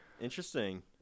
Interesting